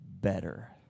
better